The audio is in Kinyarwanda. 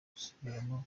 gusubiramo